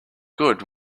good